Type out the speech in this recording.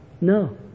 no